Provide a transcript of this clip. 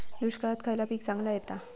दुष्काळात खयला पीक चांगला येता?